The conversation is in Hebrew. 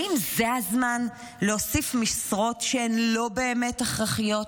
האם זה הזמן להוסיף משרות שהן לא באמת הכרחיות?